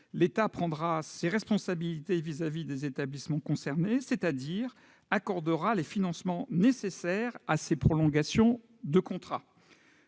l'État prendra ses responsabilités vis-à-vis des établissements concernés, c'est-à-dire accordera les financements nécessaires aux prolongations de contrat.